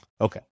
Okay